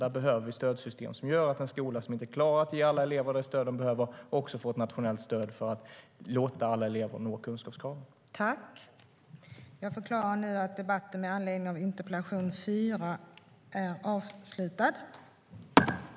Där behöver vi stödsystem som gör att en skola som inte klarar att ge alla elever det stöd de behöver också får ett nationellt stöd så att alla elever kan nå kunskapskraven.